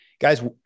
Guys